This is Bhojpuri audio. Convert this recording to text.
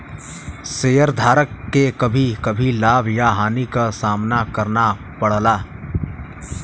शेयरधारक के कभी कभी लाभ या हानि क सामना करना पड़ला